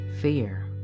fear